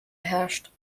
herrscht